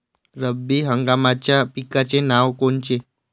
रब्बी हंगामाच्या पिकाचे नावं कोनचे?